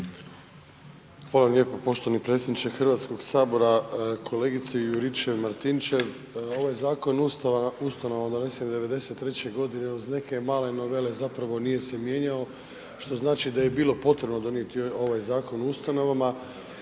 Hvala lijepo poštovani predsjedniče Hrvatskog sabora. Kolegice Juričev Martinčev, ovaj Zakon o ustanovama donesen '93. g. uz neke male novele zapravo nije se mijenjao što znači da je bilo potrebno donijeti ovaj Zakon o ustanovama